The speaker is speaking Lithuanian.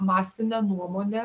masinę nuomonę